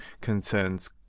concerns